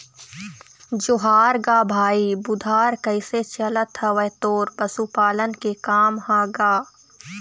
जोहार गा भाई बुधार कइसे चलत हवय तोर पशुपालन के काम ह गा?